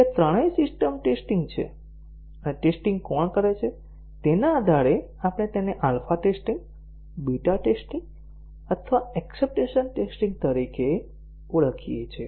આ ત્રણેય system testing છે અને ટેસ્ટીંગ કોણ કરે છે તેના આધારે આપણે તેને આલ્ફા ટેસ્ટીંગ બીટા ટેસ્ટીંગ અથવા એક્ષપ્ટન્સ ટેસ્ટીંગ તરીકે ઓળખીએ છીએ